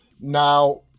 Now